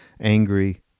angry